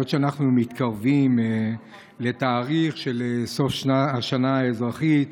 היות שאנחנו מתקרבים לתאריך של סוף השנה האזרחית,